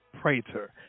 Prater